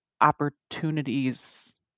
opportunities